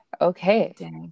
Okay